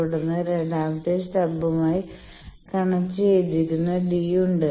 തുടർന്ന് രണ്ടാമത്തെ സ്റ്റബ്മായി കണക്റ്റ് ചെയ്തിരിക്കുന്ന ഡി ഉണ്ട്